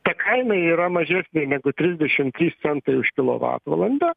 ta kaina yra mažesnė negu trisdešim trys centai už kilovatvalandę